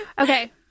okay